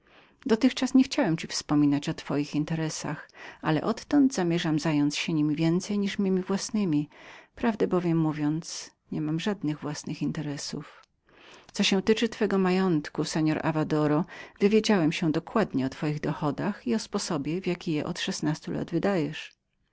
dotychczas nie chciałem ci wspominać o twoich interesach ale odtąd zamierzam zająć się niemi więcej niż memi własnemi prawdę bowiem mówiąc nie mam żadnych własnych interesów co się tyczy twego majątku seor avadoro wywiedziałem się dokładnie o twoich przychodach i o sposobie jakim je od szesnastu lat